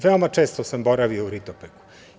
Veoma često sam boravio u Ritopeku.